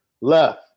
left